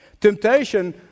Temptation